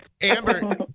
Amber